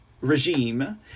regime